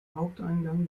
haupteingang